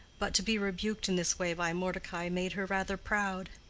but to be rebuked in this way by mordecai made her rather proud.